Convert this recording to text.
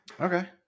Okay